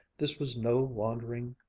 this was no wandering,